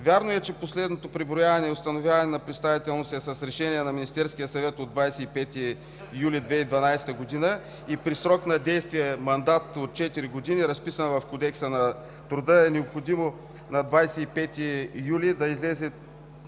Вярно е, че последното преброяване и установяване на представителност е с Решение на Министерския съвет от 25 юли 2012 г. и при срок на действие – мандат от четири години, разписан в Кодекса на труда – необходимо е на 25 юли да излезе